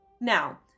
Now